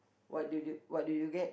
what do you do what do you get